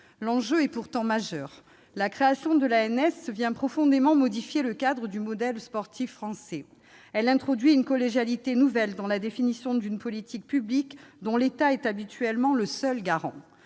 L'enjeu est pourtant majeur. La création de l'ANS modifie profondément le cadre du modèle sportif français. Elle introduit une collégialité nouvelle dans la définition d'une politique publique dont l'État est habituellement le seul garant.